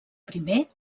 primer